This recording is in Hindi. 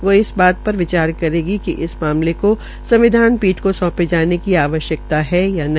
वह इस बात पर विचार करेगी कि इस मामलों को संविधान पीठ को सौंपे जाने की आवश्यक्ता है या नहीं